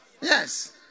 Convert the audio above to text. Yes